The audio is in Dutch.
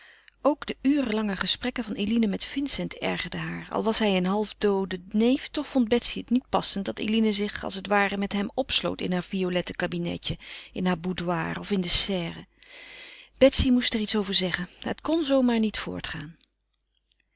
ook de urenlange gesprekken van eline met vincent ergerden haar al was hij een half doode neef toch vond betsy het niet passend dat eline zich als het ware met hem opsloot in het violette kabinetje in haar boudoir of in de serre betsy moest er iets over zeggen het kon zoo maar niet voortgaan